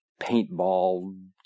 paintball